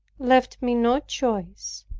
left me no choice.